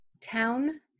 Town